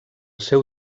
seu